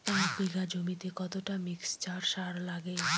এক বিঘা জমিতে কতটা মিক্সচার সার লাগে?